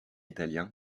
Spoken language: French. italien